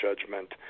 judgment